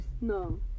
No